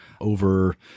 over